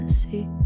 see